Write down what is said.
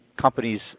companies